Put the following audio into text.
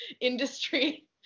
industry